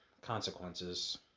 consequences